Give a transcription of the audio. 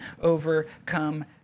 overcome